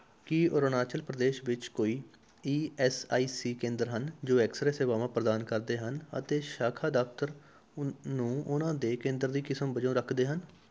ਕੀ ਅਰੁਣਾਚਲ ਪ੍ਰਦੇਸ਼ ਵਿੱਚ ਕੋਈ E S I C ਕੇਂਦਰ ਹਨ ਜੋ ਐਕਸ ਰੇ ਸੇਵਾਵਾਂ ਪ੍ਰਦਾਨ ਕਰਦੇ ਹਨ ਅਤੇ ਸ਼ਾਖਾ ਦਫ਼ਤਰ ਉ ਨੂੰ ਉਹਨਾਂ ਦੇ ਕੇਂਦਰ ਦੀ ਕਿਸਮ ਵਜੋਂ ਰੱਖਦੇ ਹਨ